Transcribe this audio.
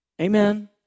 Amen